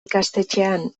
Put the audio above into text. ikastetxean